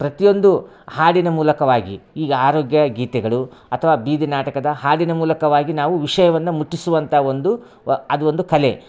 ಪ್ರತಿಯೊಂದು ಹಾಡಿನ ಮೂಲಕವಾಗಿ ಈಗ ಆರೋಗ್ಯ ಗೀತೆಗಳು ಅಥವಾ ಬೀದಿನಾಟಕದ ಹಾಡಿನ ಮೂಲಕವಾಗಿ ನಾವು ವಿಷಯವನ್ನು ಮುಟ್ಟಿಸುವಂಥ ಒಂದು ವ ಅದು ಒಂದು ಕಲೆ